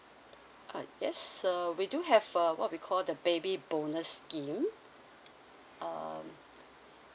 uh yes sir we do have a what we call the baby bonus scheme um